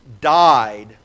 died